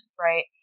Right